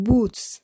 Boots